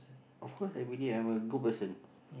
of course I believe I'm a good person